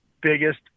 biggest